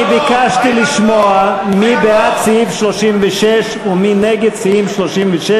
אני ביקשתי לשמוע מי בעד סעיף 36 ומי נגד סעיף 36,